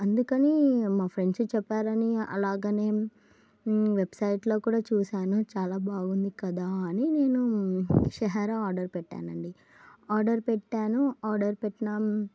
అందుకని మా ఫ్రెండ్స్ చెప్పారని అలాగనేే వెబ్సైట్లో కూడా చూశాను చాలా బాగుంది కదా అని నేను షహార ఆర్డర్ పెట్టానండి ఆర్డర్ పెట్టాను ఆర్డర్ పెట్టిన